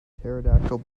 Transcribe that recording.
pterodactyl